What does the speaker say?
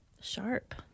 sharp